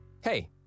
Hey